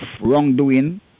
wrongdoing